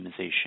optimization